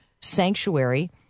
Sanctuary